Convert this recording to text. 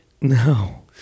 No